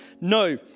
No